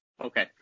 okay